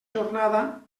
jornada